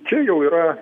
čia jau yra